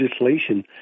legislation